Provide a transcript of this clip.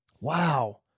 wow